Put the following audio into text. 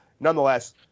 Nonetheless